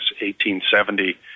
1870